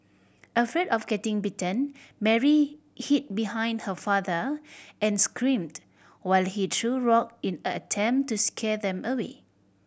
afraid of getting bitten Mary hid behind her father and screamed while he threw rock in an attempt to scare them away